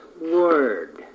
Word